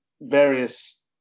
various